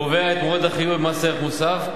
קובע את מועד החיוב במס ערך מוסף.